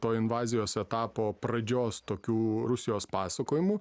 to invazijos etapo pradžios tokių rusijos pasakojimų